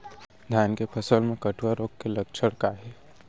धान के फसल मा कटुआ रोग के लक्षण का हे?